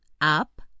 up